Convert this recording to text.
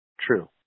True